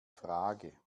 frage